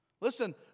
Listen